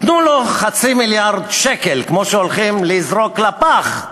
תנו לו חצי מיליארד שקל, כמו שהולכים לזרוק לפח,